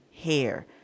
hair